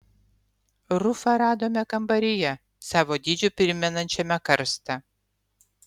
rufą radome kambaryje savo dydžiu primenančiame karstą